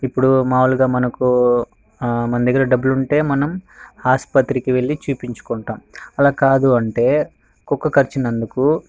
ఇప్పుడు మామూలుగా మనకు ఆ మన దగ్గర డబ్బులు ఉంటే మనం ఆసుపత్రికి వెళ్ళి చూపించుకుంటాం అలా కాదు అంటే కుక్క కరిచినందుకు